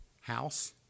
house